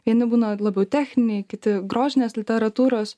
vieni būna labiau techniniai kiti grožinės literatūros